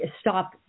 stop